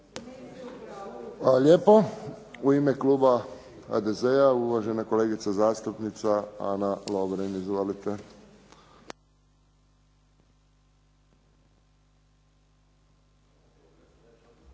lijepo. U ime kluba HDZ-a uvažena kolegica zastupnica Ana Lovrin. Izvolite.